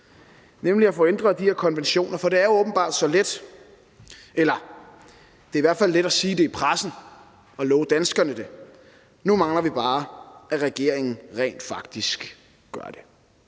nemlig at få ændret de her konventioner. For det er jo åbenbart så let, eller det er i hvert fald let at sige det i pressen og love danskerne det. Nu mangler vi bare, at regeringen rent faktisk gør det.